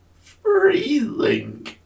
freezing